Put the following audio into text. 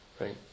Right